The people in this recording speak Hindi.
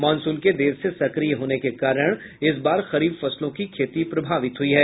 मॉनसून के देर से सक्रिय होने के कारण इस बार खरीफ फसलों की खेती प्रभावित हुई है